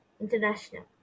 international